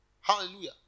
Hallelujah